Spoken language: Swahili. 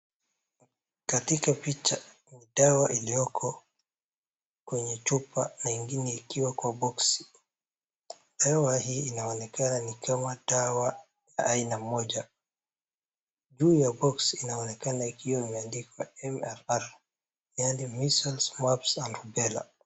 Katika picha dawa iliyoko kwenye chupa na ingine ikiwa kwa box .Dawa hii inaonekana ni kama ni dawa aina moja, hii ya box inaonekana ikiwa imeandikwa MMR yaani MEASLES, MUMP AND RUBELLA.